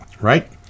Right